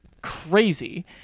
crazy